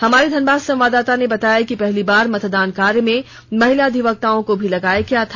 हमारे धनबाद संवाददाता ने बताया कि पहली बार मतदान कार्य में महिला अधिवक्ताओं को भी लगाया गया था